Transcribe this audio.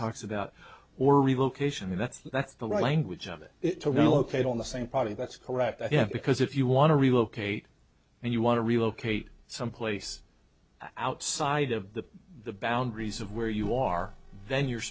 talks about or relocation that's that's the language of it it to relocate on the same party that's correct because if you want to relocate and you want to relocate someplace outside of the the boundaries of where you are then you're